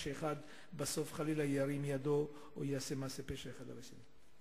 שאחד בסוף חלילה ירים ידו או יעשה מעשה פשע אחד כלפי השני.